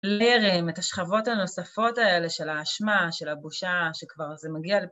לרם את השכבות הנוספות האלה של האשמה, של הבושה, שכבר זה מגיע ל...